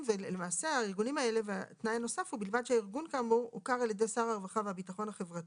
מה שעוד חשוב להגיד זה שגם הארגון מקיים פיקוח על מרכז ההכשרה.